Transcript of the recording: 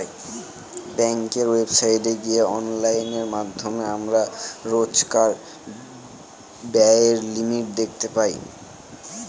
ব্যাঙ্কের ওয়েবসাইটে গিয়ে অনলাইনের মাধ্যমে আমরা রোজকার ব্যায়ের লিমিট দেখতে পাই